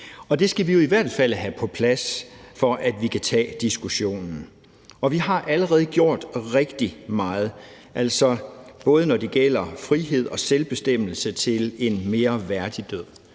Og det skal vi jo i hvert fald have på plads, for at vi kan tage diskussionen. Vi har allerede gjort rigtig meget, når det gælder frihed og selvbestemmelse til en mere værdig død.